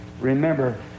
Remember